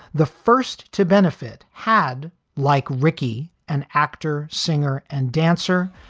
the first to benefit, had like ricky, an actor, singer and dancer,